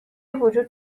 وجود